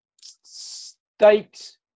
state